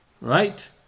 Right